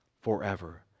forever